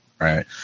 right